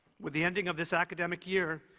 with the ending of this academic year,